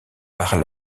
par